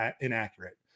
inaccurate